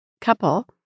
couple